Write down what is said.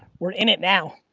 we're in it now.